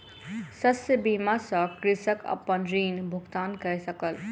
शस्य बीमा सॅ कृषक अपन ऋण भुगतान कय सकल